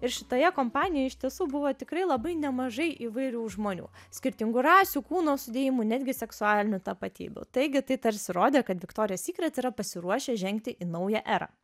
ir šitoje kompanijoje iš tiesų buvo tikrai labai nemažai įvairių žmonių skirtingų rasių kūno sudėjimu netgi seksualinių tapatybių taigi tai tarsi rodė kad viktorija sykret yra pasiruošę žengti į naują erą